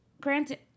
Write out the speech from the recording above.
granted